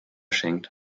schenkt